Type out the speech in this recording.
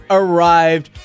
arrived